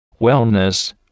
wellness